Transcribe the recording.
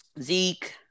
Zeke